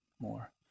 more